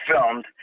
filmed